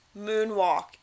moonwalk